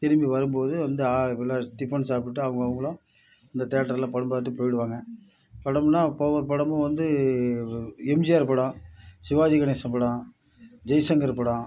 திரும்பி வரும்போது வந்து டிபன் சாப்பிட்டு அவுங்கவங்களும் இந்த தியேட்டரில் படம் பார்த்துட்டு போய்விடுவாங்க படம்னால் அப்போ ஒரு படமும் வந்து எம்ஜிஆர் படம் சிவாஜி கணேசன் படம் ஜெய்சங்கர் படம்